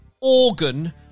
organ